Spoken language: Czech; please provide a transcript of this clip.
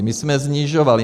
My jsme snižovali.